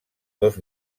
dos